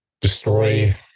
destroy